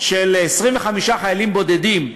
שבו 25 חיילים בודדים,